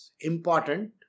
important